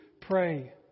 pray